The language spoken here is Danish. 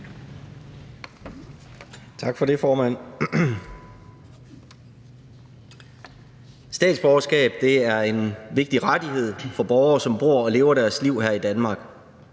Statsborgerskab er en vigtig rettighed for borgere, som bor og lever deres liv her i Danmark.